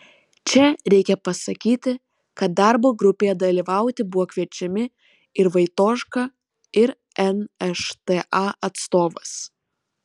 čia reikia pasakyti kad darbo grupėje dalyvauti buvo kviečiami ir vaitoška ir nšta atstovas